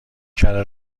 کره